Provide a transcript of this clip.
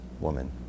woman